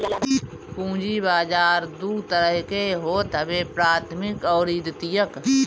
पूंजी बाजार दू तरह के होत हवे प्राथमिक अउरी द्वितीयक